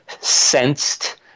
sensed